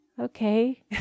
okay